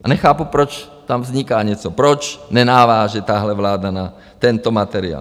A nechápu, proč tam vzniká něco, proč nenaváže tahle vláda na tento materiál.